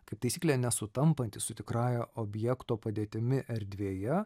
kaip taisyklė nesutampantis su tikrąja objekto padėtimi erdvėje